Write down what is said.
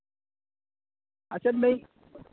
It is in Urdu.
اچھا نہیں